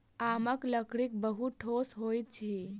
आमक लकड़ी बहुत ठोस होइत अछि